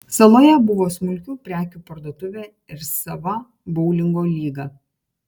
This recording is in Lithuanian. saloje buvo smulkių prekių parduotuvė ir sava boulingo lyga